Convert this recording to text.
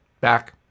Back